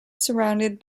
surrounded